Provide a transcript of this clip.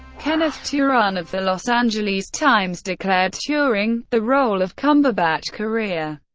kenneth turan of the los angeles times declared turing the role of cumberbatch's career,